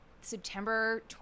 September